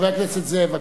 חבר הכנסת זאב.